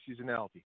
seasonality